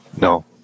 No